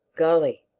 golly,